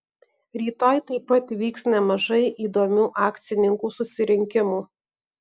rytoj taip pat vyks nemažai įdomių akcininkų susirinkimų